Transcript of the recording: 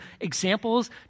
examples